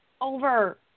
over